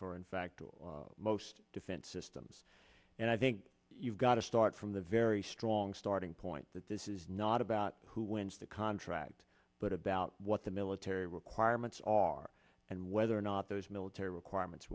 for in fact most defense systems and i think you've got to start from the very strong starting point that this is not about who wins the contract but about what the military requirements are and whether or not those military requirements